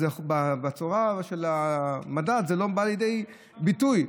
אז בצורה של מדד זה לא בא לידי ביטוי,